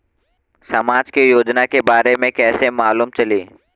समाज के योजना के बारे में कैसे मालूम चली?